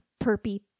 perpy